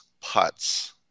putts